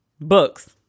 books